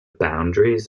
boundaries